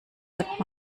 hat